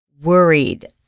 worried